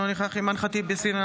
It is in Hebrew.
אינו נוכח אימאן ח'טיב יאסין,